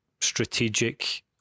strategic